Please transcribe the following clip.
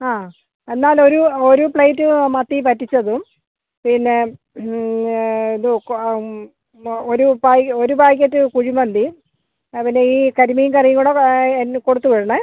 അ എന്നാലൊരു ഒരു പ്ലേറ്റ് മത്തി പറ്റിച്ചതും പിന്നെ ഇത് ഒരു പായ് ഒരു പായ്ക്കറ്റ് കുഴിമന്തി അ പിന്നെ ഈ കരിമീങ്കറീങ്കൂടെ ആ എന്നാൽ കൊടുത്ത് വിടണം